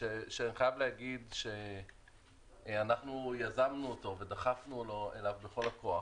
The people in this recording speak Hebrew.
ואני חייב להגיד שאנחנו יזמנו אותו ודחפנו אליו בכל הכוח.